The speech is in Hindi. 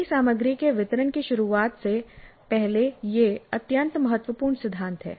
नई सामग्री के वितरण की शुरुआत से पहले यह अत्यंत महत्वपूर्ण सिद्धांत है